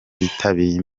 bitabiriye